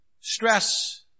stress